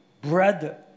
brother